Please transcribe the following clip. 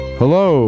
hello